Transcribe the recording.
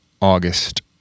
August